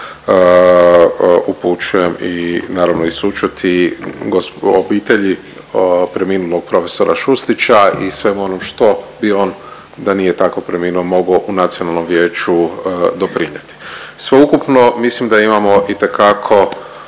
upućujem, naravno i sućut i obitelji preminulog prof. Šustića i svemu onom što bi on da nije tako preminuo mogo u Nacionalnom vijeću pridonijeti. Sveukupno mislim da imamo itekako